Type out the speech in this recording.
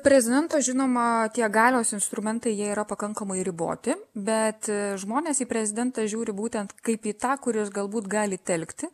prezidento žinoma tie galios instrumentai jie yra pakankamai riboti bet žmonės į prezidentą žiūri būtent kaip į tą kuris galbūt gali telkti